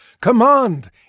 command